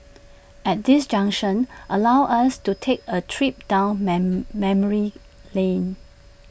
at this junction allow us to take A trip down my memory lane